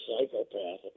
psychopath